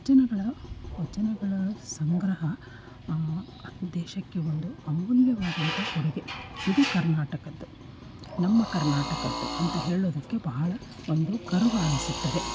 ವಚನಗಳ ವಚನಗಳ ಸಂಗ್ರಹ ದೇಶಕ್ಕೆ ಒಂದು ಅಮೂಲ್ಯವಾದಂತಹ ಕೊಡುಗೆ ಇಡೀ ಕರ್ನಾಟಕದ್ದು ನಮ್ಮ ಕರ್ನಾಟಕದ್ದು ಅಂತ ಹೇಳೋದಕ್ಕೆ ಬಹಳ ಒಂದು ಗರ್ವ ಅನಿಸುತ್ತದೆ